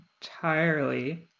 entirely